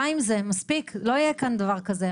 די עם זה, מספיק, לא יהיה כאן דבר כזה.